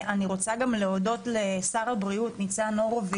אני רוצה גם להודות לשר הבריאות ניצן הורוביץ,